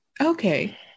Okay